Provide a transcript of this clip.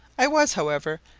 i was, however,